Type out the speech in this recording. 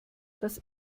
das